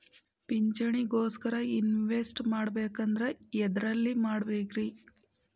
ಪಿಂಚಣಿ ಗೋಸ್ಕರ ಇನ್ವೆಸ್ಟ್ ಮಾಡಬೇಕಂದ್ರ ಎದರಲ್ಲಿ ಮಾಡ್ಬೇಕ್ರಿ?